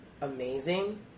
amazing